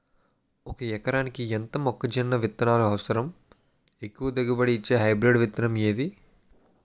ఒక ఎకరాలకు ఎంత మొక్కజొన్న విత్తనాలు అవసరం? ఎక్కువ దిగుబడి ఇచ్చే హైబ్రిడ్ విత్తనం ఏది?